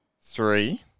three